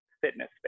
fitness